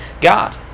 God